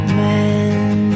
men